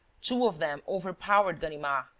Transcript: two of them overpowered ganimard,